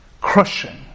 crushing